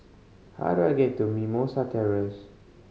how do I get to Mimosa Terrace